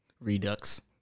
Redux